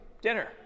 dinner